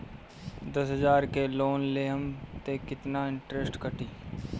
दस हजार के लोन लेहम त कितना इनट्रेस कटी?